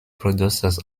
producers